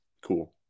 cool